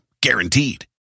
Guaranteed